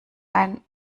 ein